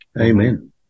Amen